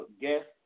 guest